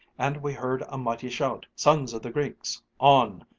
and we heard a mighty shout sons of the greeks! on!